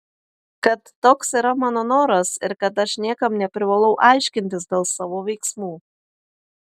kad toks yra mano noras ir kad aš niekam neprivalau aiškintis dėl savo veiksmų